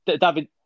David